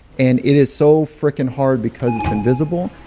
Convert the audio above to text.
and it is so frickin' hard because it's invisible.